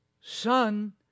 son